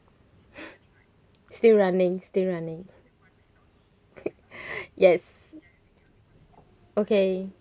still running stay running yes okay